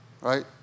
right